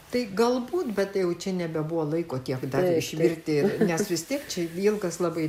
tai galbūt bet tai jau čia nebebuvo laiko tiek dar išvirti nes vis tiek čia ilgas labai